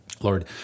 Lord